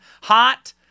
hot